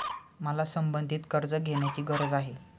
मला संबंधित कर्ज घेण्याची गरज आहे